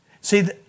See